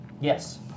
yes